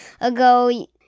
ago